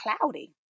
cloudy